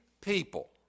people